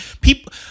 people